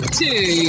two